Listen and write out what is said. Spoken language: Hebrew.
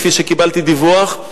כפי שקיבלתי דיווח,